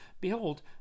behold